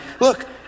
look